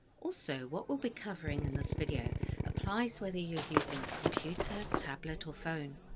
also what we'll be covering in this video applies whether you're using a computer, tablet or phone.